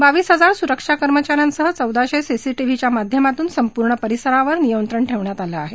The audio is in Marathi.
बावीस हजार सुरक्षा कर्मचा यांसह चौदाशे सीसीटीव्हीच्या माध्यमातून संपूर्ण परिसरावर नियंत्रण ठेवण्यात आलं आहे